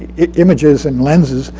images and lenses,